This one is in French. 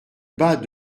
bas